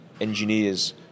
engineers